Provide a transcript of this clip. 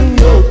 no